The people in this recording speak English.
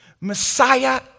Messiah